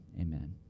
amen